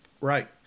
Right